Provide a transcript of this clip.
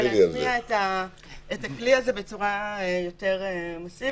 להטמיע את הכלי הזה בצורה יותר מסיבית.